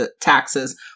taxes –